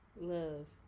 love